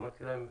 אמרתי להם: